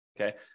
Okay